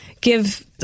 give